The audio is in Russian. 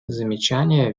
замечания